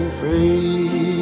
free